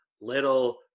little